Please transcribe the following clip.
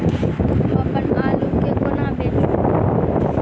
हम अप्पन आलु केँ कोना बेचू?